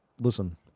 Listen